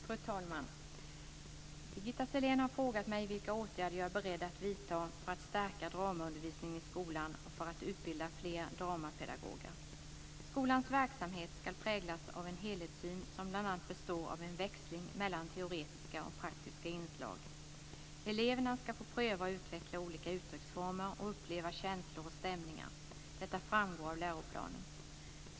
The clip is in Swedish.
Fru talman! Birgitta Sellén har frågat mig vilka åtgärder jag är beredd att vidta för att stärka dramaundervisningen i skolan och för att utbilda fler dramapedagoger. Skolans verksamhet ska präglas av en helhetssyn som bl.a. består av en växling mellan teoretiska och praktiska inslag. Eleverna ska få pröva och utveckla olika uttrycksformer och uppleva känslor och stämningar. Detta framgår av läroplanen.